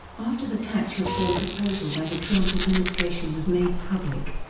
after the tax reform proposal by the trump administration was made public,